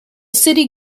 city